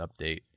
update